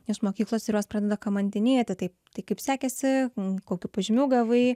iš mokyklos ir juos pradeda kamantinėti taip tai kaip sekėsi kokių pažymių gavai